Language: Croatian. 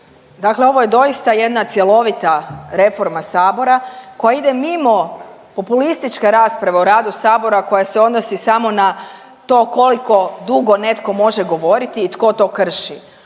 Dakle, ovo je doista jedna cjelovita reforma sabora koja ide mimo populističke rasprave o radu sabora koja se odnosi samo na to koliko dugo netko može govoriti i tko to krši.